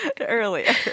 earlier